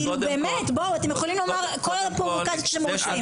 באמת, בואו, אתם יכולים כל פרובוקציה שאתם רוצים.